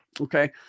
Okay